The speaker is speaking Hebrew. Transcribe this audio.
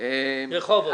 רחובות.